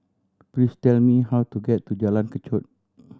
please tell me how to get to Jalan Kechot